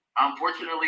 Unfortunately